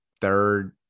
third